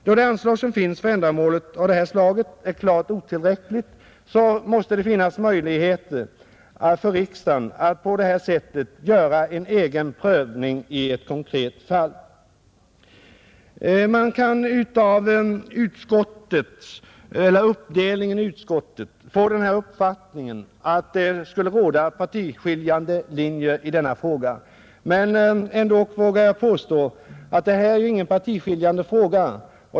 Då det anslag som finns för ändamål av detta slag är klart otillräckligt, måste det finnas möjligheter för riksdagen att på det här sättet göra en egen prövning i ett konkret fall. Man kan av uppdelningen i utskottet få den uppfattningen att det skulle gå partiskiljande linjer genom detta ärende, men ändock vågar jag påstå att detta inte är någon partiskiljande fråga.